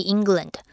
England